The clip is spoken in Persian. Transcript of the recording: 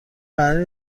قرار